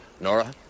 Nora